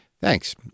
Thanks